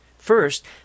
First